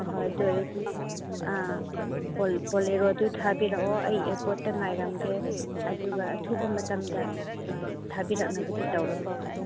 ꯑꯍꯣꯏ ꯑꯗꯨ ꯑꯣꯏꯔꯗꯤ ꯑꯥ ꯕꯣꯂꯦꯔꯣꯗꯣ ꯊꯥꯕꯤꯔꯛꯑꯣ ꯑꯩ ꯑꯦꯌꯔꯄ꯭ꯣꯔꯠꯇ ꯉꯥꯏꯔꯝꯒꯦ ꯑꯗꯨꯒ ꯑꯊꯨꯕ ꯃꯇꯝꯗ ꯊꯥꯕꯤꯔꯛꯅꯕꯗꯤ ꯇꯧꯔꯣꯀꯣ